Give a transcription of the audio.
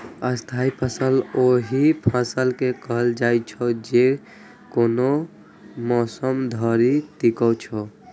स्थायी फसल ओहि फसल के कहल जाइ छै, जे कोनो मौसम धरि टिकै छै